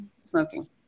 smoking